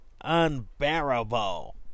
unbearable